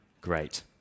great